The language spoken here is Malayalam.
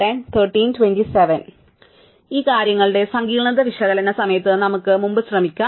അതിനാൽ ഈ കാര്യങ്ങളുടെ സങ്കീർണ്ണത വിശകലന സമയത്ത് നമുക്ക് മുമ്പ് ശ്രമിക്കാം